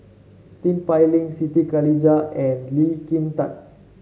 Tin Pei Ling Siti Khalijah and Lee Kin Tat